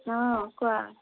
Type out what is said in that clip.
অ' কোৱা